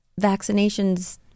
vaccinations